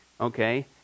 Okay